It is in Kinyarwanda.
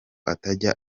atajya